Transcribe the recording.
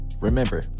Remember